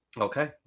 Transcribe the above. Okay